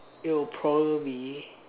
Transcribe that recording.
it will probably be